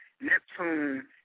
Neptune